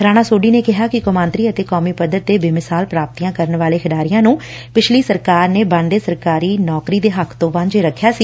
ਰਾਣਾ ਸੋਢੀ ਨੇ ਕਿਹਾ ਕਿ ਕੌਮਾਂਤਰੀ ਅਤੇ ਕੋਮੀ ਪੱਧਰ ਤੇ ਬੇਮਿਸਾਲ ਪ੍ਰਾਪਤੀਆਂ ਕਰਨ ਵਾਲੇ ਖਿਡਾਰੀਆਂ ਨੂੰ ਪਿਛਲੀ ਸਰਕਾਰ ਨੇ ਬਣਦੇ ਸਰਕਾਰੀ ਨੌਕਰੀ ਦੇ ਹੱਕ ਤੋਂ ਵਾਂਝੇ ਰੱਖਿਆ ਸੀ